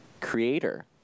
creator